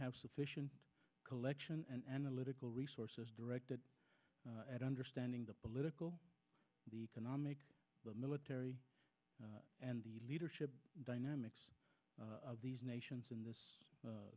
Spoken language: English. have sufficient collection and analytical resources directed at understanding the political and economic military and the leadership dynamics of these nations in this